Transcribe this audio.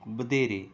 ਵਧੇਰੇ